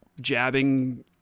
jabbing